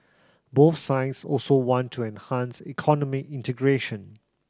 both sides also want to enhance economic integration